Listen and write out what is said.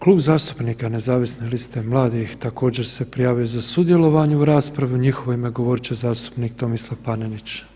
Klub zastupnika Nezavisne liste mladih također se prijavio za sudjelovanje u raspravi u njihovo ime govorit će zastupnik Tomislav Panenić.